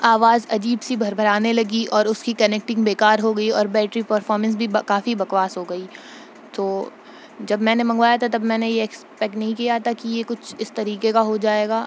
آواز عجیب سی بھربھرانے لگی اور اس کی کنیکٹنگ بیکار ہو گئی اور بیٹری پرفارمنس بھی کافی بکواس ہو گئی تو جب میں نے منگوایا تھا تب میں نے یہ ایکسپیکٹ نہیں کیا تھا کہ یہ کچھ اس طریقے کا ہو جائے گا